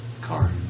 Car